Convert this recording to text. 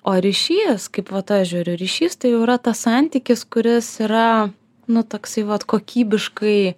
o ryšys kaip vat aš žiūriu ryšys tai jau yra tas santykis kuris yra nu toksai vat kokybiškai